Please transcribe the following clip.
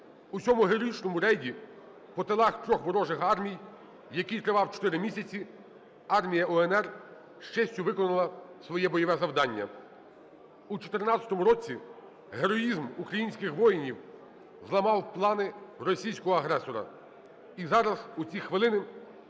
цьому героїчному рейді по тилах трьох ворожих армій, який тривав чотири місяці, Армія УНР з честю виконала своє бойове завдання. У 2014 році героїзм українських воїнів зламав плани російського агресора. І зараз, у ці хвилини,